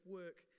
work